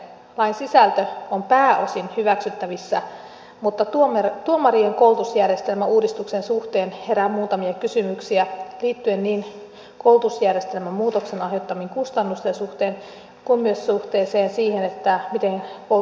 lain sisältö on pääosin hyväksyttävissä mutta tuomarien koulutusjärjestelmän uudistuksen suhteen herää muuttamia kysymyksiä liittyen niin koulutusjärjestelmän muutoksen aiheuttamiin kustannuksiin kuin myös siihen että ydin on